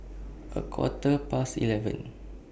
A Quarter Past eleven